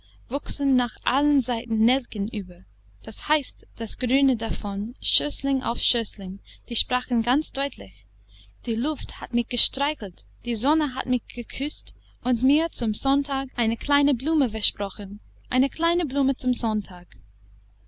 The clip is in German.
wuchsen nach allen seiten nelken über das heißt das grüne davon schößling auf schößling die sprachen ganz deutlich die luft hat mich gestreichelt die sonne hat mich geküßt und mir zum sonntag eine kleine blume versprochen eine kleine blume zum sonntag